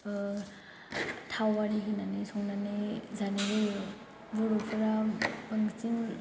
थाव आरि होनानै संनानै जानाय जायो बर'फ्रा बांसिन